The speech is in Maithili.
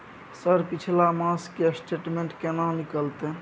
सर पिछला मास के स्टेटमेंट केना निकलते?